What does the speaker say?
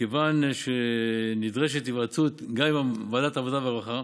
כיוון שנדרשת היוועצות גם עם ועדת העבודה, הרווחה